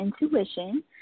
Intuition